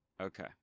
Okay